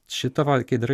šitą va kai darai